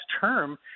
term